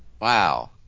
Wow